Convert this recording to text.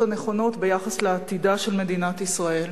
הנכונות ביחס לעתידה של מדינת ישראל.